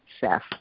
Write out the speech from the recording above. Seth